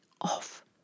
off